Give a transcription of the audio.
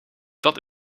dat